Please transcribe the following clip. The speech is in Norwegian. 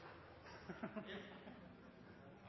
jeg sa